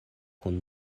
kun